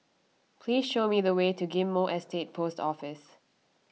please show me the way to Ghim Moh Estate Post Office